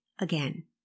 again